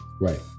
right